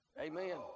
Amen